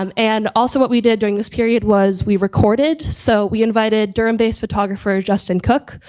um and also what we did during this period was we recorded so we invited durham based photographer justin cook,